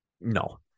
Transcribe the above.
No